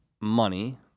money